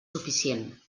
suficient